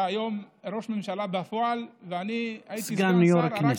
אתה היום ראש ממשלה בפועל, סגן יו"ר הכנסת.